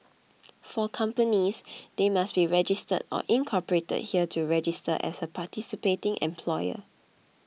for companies they must be registered or incorporated here to register as a participating employer